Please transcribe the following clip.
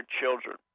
children